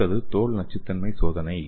அடுத்தது தோல் நச்சுத்தன்மை சோதனை